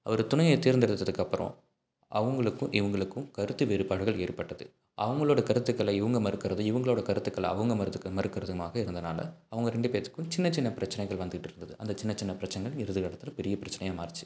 அவர் துணையை தேர்ந்தெடுத்ததுக்கு அப்புறம் அவங்களுக்கும் இவங்களுக்கும் கருத்து வேறுபாடுகள் ஏற்பட்டது அவங்களோட கருத்துக்களை இவங்க மறுக்குறது இவங்களோட கருத்துக்களை அவங்க மறுக்க மறுக்குறதுமாக இருந்தனால் அவங்க ரெண்டு பேர்த்துக்கும் சின்ன சின்ன பிரச்சனைகள் வந்துட்டுருந்துது அந்த சின்ன சின்ன பிரச்சனைகள் இறுதி கட்டத்தில் பெரிய பிரச்சனையாக மாறிச்சு